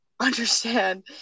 understand